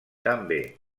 també